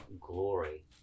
glory